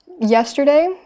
Yesterday